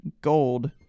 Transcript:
gold